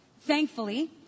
thankfully